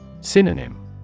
Synonym